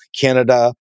Canada